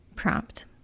prompt